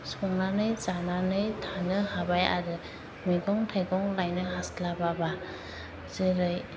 संनानै जानानै थानो हाबाय आरो मैगं थाइगं लायनो हास्लाबाबा जेरै